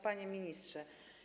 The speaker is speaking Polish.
Panie Ministrze!